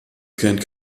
kennt